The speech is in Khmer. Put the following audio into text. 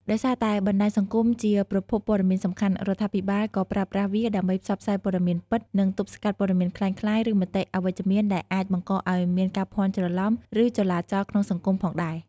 ដោយសារតែបណ្ដាញសង្គមជាប្រភពព័ត៌មានសំខាន់ រដ្ឋាភិបាលក៏ប្រើប្រាស់វាដើម្បីផ្សព្វផ្សាយព័ត៌មានពិត និងទប់ស្កាត់ព័ត៌មានក្លែងក្លាយ ឬមតិអវិជ្ជមានដែលអាចបង្កឱ្យមានការភាន់ច្រឡំ ឬចលាចលក្នុងសង្គមផងដែរ។